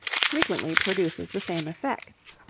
frequently produces the same effects.